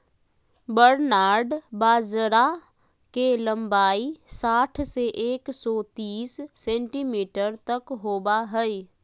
barnyard बाजरा के लंबाई साठ से एक सो तिस सेंटीमीटर तक होबा हइ